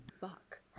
fuck